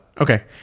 Okay